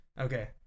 okay